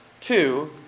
Two